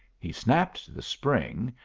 he snapped the spring,